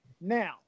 Now